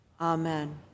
Amen